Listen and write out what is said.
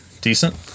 decent